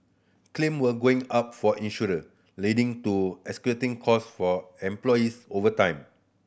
claim were going up for insurer leading to escalating costs for employers over time